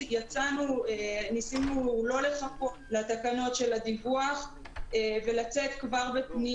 ניסינו לא לחכות לתקנות של הדיווח וכבר לפני